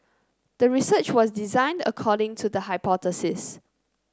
the research was designed according to the hypothesis